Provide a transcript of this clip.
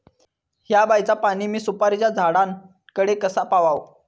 हया बायचा पाणी मी सुपारीच्या झाडान कडे कसा पावाव?